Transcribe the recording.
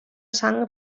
sang